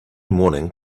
morning